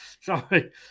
Sorry